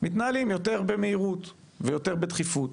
מתנהלים יותר במהירות ויותר בדחיפות.